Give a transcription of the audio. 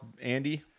Andy